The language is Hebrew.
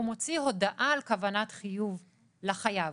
הוא מוציא הודעה על כוונת חיוב לחייב